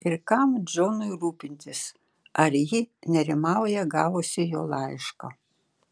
ir kam džonui rūpintis ar ji nerimauja gavusi jo laišką